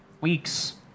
Weeks